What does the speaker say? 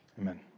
Amen